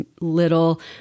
little